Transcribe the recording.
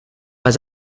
pas